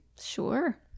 Sure